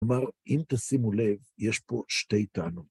כלומר, אם תשימו לב, יש פה שתי טענות.